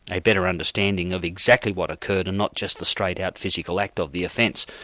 a better understanding of exactly what occurred, and not just the straight out physical act of the offence.